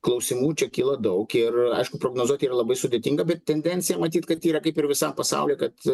klausimų čia kyla daug ir aišku prognozuoti yra labai sudėtinga bet tendencija matyt kad yra kaip ir visam pasauly kad